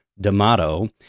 D'Amato